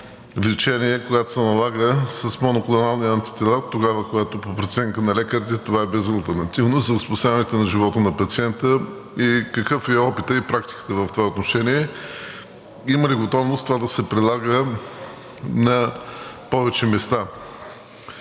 лечение, когато се налага, с моноклонални антитела – тогава, когато по преценка на лекарите това е безалтернативно за спасяването на живота на пациента, и какъв е опитът и практиката в това отношение? Има ли готовност това да се прилага на повече места?